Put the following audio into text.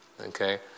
okay